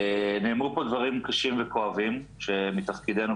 נאמרו פה דברים קשים וכואבים שמתפקידנו,